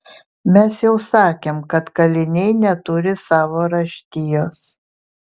mes jau sakėm kad kaliniai neturi savo raštijos